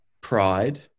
pride